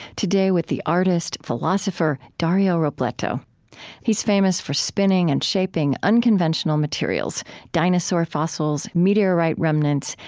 today with the artist philosopher dario robleto he's famous for spinning and shaping unconventional materials dinosaur fossils, meteorite remnants,